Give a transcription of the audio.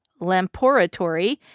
Lamporatory